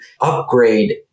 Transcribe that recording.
upgrade